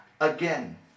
again